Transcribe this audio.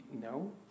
no